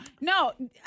No